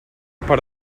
per